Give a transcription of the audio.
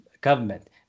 government